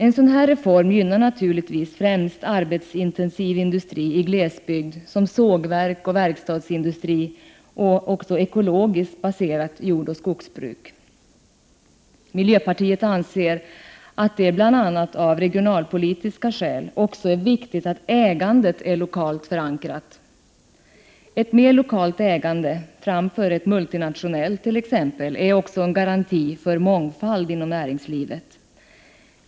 En sådan reform gynnar naturligtvis främst arbetsintensiv industri i glesbygd, som sågverk och verkstadsindustri, och ekologiskt baserat skogsoch jordbruk. Miljöpartiet anser att det bl.a. av regionalpolitiska skäl också är viktigt att ägandet är lokalt förankrat. Ett mer lokalt ägande - framfört.ex. multinationellt — är också en garanti för mångfald inom näringslivet.